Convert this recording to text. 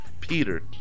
peter